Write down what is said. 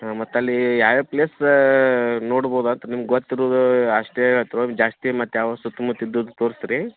ಹಾಂ ಮತ್ತು ಅಲ್ಲಿ ಯಾವ ಯಾವ ಪ್ಲೇಸ್ ನೋಡ್ಬೋದು ಅಂತ ನಿಮ್ಗೆ ಗೊತ್ತಿರುವುದು ಅಷ್ಟೇ ಅಥವಾ ಜಾಸ್ತಿ ಮತ್ತೆ ಯಾವ ಸುತ್ತಮುತ್ತ ಇದ್ದದ್ದು ತೋರಿಸ್ತೀರಿ